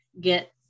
get